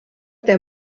der